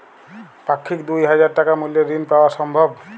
পাক্ষিক দুই হাজার টাকা মূল্যের ঋণ পাওয়া সম্ভব?